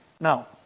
Now